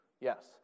Yes